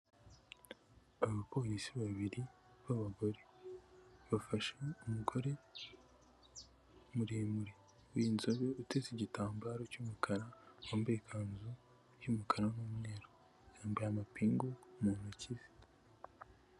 Abapolisi babiri b'abagore, bafashe umugore muremure w'inzobe, uteze igitambaro cy'umukara, wambaye ikanzu y'umukara n'umweru, yambaye amapingu mu ntoki ze.